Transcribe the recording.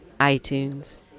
iTunes